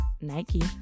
Nike